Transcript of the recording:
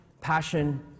passion